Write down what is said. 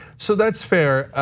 so that's fair.